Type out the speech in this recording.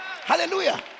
hallelujah